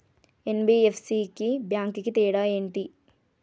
NBFC కి bank కి తేడా ఏంటి?